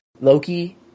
Loki –